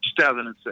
2006